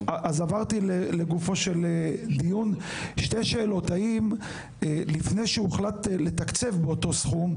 שתי שאלות: האם לפני שהוחלט לתקצב באותו סכום,